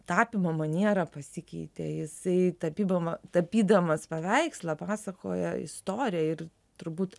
tapymo maniera pasikeitė jisai tapyba tapydamas paveikslą pasakoja istoriją ir turbūt